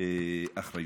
עליהם אחריות.